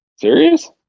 Serious